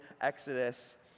Exodus